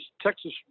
Texas